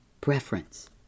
preference